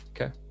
Okay